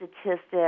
statistics